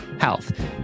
health